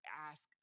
ask